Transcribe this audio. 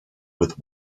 with